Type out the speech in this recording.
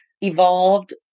evolved